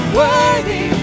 worthy